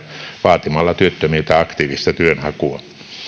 vaatimalla työttömiltä aktiivista työnhakua